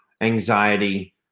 anxiety